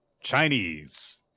Chinese